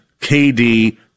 KD